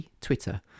Twitter